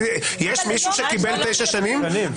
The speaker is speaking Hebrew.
יש מישהו שקיבל תשע שנים?